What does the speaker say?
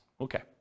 Okay